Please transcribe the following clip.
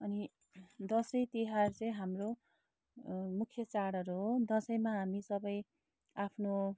अनि दसैँ तिहार चाहिँ हाम्रो मुख्य चाडहरू हो दसैँमा हामी सबै आफ्नो